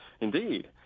Indeed